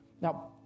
Now